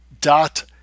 dot